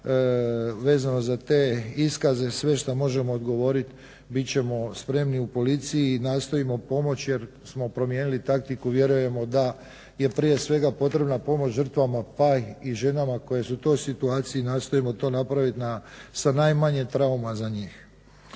vezano za te iskaze sve šta možemo odgovoriti bit ćemo spremni u policiji i nastojimo pomoći jer smo promijenili taktiku. Vjerujemo da je prije svega potrebna pomoć žrtvama, pa i ženama koje su u toj situaciji nastojimo to napraviti sa najmanje trauma za njih.